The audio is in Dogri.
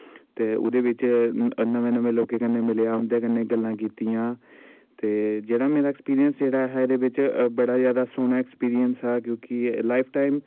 ते उह्दे बिच्च नमें नमें लोकैं कन्नै मिलेआ उंदै कन्नै गल्लां कीतीयां ते जेह्ड़ा मेरा ऐक्सपिरियंस जेह्ड़ा ऐहा एह्दे बिच्च बड़ा जादा सोह्ना ऐक्सपिरियंस हा क्योंकि लॉईफ टाईम